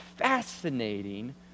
fascinating